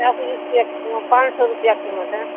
دس روپیہ پانچ سو روپیہ قیمت ہے